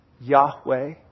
Yahweh